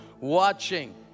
watching